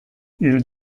hil